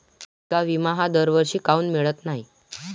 पिका विमा हा दरवर्षी काऊन मिळत न्हाई?